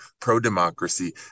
pro-democracy